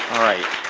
alright,